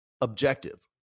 objective